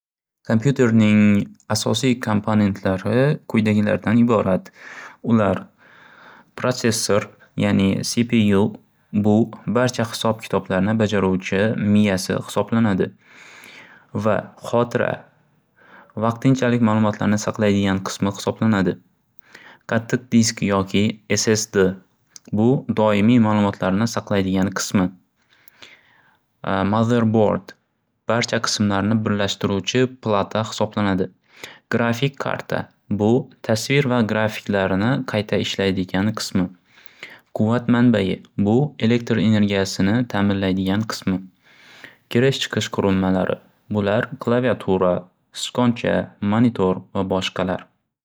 Kompyuterning asosiy kompanentlari quyidagilardan iborat ular protsessor yani bu barcha xisob kitoblarni bajaruvchi miyasi xisoblanadi va xotira vaqtinchalik ma'lumotlarni saqlaydigan qismi xisoblanadi. Qattiq disk yoki SSD bu doimiy ma'lumotlarni saqlaydigan qismi barcha qismlarni birlashtiruvchi plata xisoblanadi. Grafik karta bu tasvir va grafiklarni qayta ishlaydigan qismi. Quvvat manbai bu elektr energiyasini ta'minlaydigan qismi. Kirish chiqish qurulmalari bular klavyatura, sichqoncha, monitor va boshqalar.